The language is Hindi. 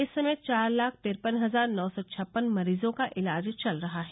इस समय चार लाख तिरपन हजार नौ सौ छप्पन मरीजों का इलाज चल रहा है